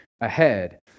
Ahead